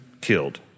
killed